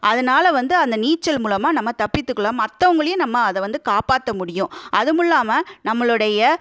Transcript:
அதனால வந்து அந்த நீச்சல் மூலமாக நம்ம தப்பித்துக்கலாம் மத்தவங்களையும் நம்ம அதை வந்து காப்பாற்ற முடியும் அதுவும் இல்லாமல் நம்மளுடைய